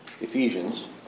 Ephesians